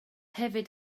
hefyd